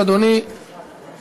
לרשות אדוני יעמדו,